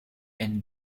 end